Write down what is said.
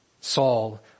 Saul